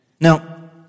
Now